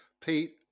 Pete